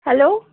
hello